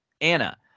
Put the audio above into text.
Anna